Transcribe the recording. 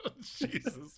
Jesus